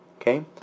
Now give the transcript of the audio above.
Okay